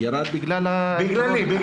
ירד בגלל הקורונה.